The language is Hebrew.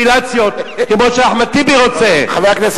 בתשובה, לפרוצדורה יש רק דרך אחת,